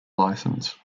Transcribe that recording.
license